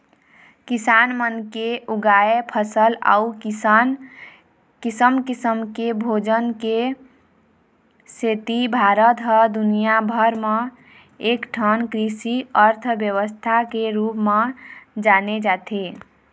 किसान मन के उगाए फसल अउ किसम किसम के भोजन के सेती भारत ह दुनिया भर म एकठन कृषि अर्थबेवस्था के रूप म जाने जाथे